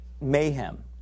mayhem